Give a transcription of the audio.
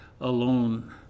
alone